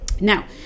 now